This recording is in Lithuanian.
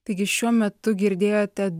taigi šiuo metu girdėjote